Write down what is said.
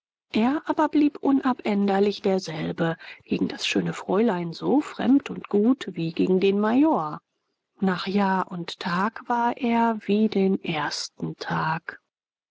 er aber blieb unabänderlich derselbe gegen das schöne fräulein so fremd und gut wie gegen den major nach jahr und tag war er wie den ersten tag